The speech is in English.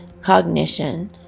cognition